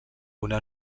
una